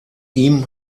ihm